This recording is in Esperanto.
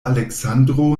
aleksandro